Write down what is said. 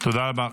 תודה רבה.